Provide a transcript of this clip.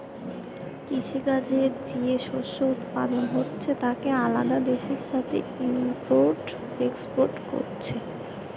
কৃষি কাজে যে শস্য উৎপাদন হচ্ছে তাকে আলাদা দেশের সাথে ইম্পোর্ট এক্সপোর্ট কোরছে